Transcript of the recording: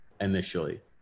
initially